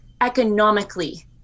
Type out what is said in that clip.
economically